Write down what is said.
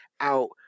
out